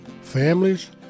Families